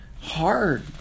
hard